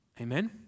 Amen